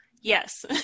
Yes